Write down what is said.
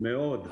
מאוד.